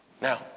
Now